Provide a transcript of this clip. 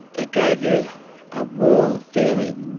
it gave you a warm feeling.